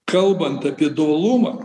kalbant apie dualumą